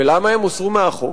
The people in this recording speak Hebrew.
ולמה הם הוסרו מהחוק?